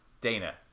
Dana